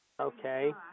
Okay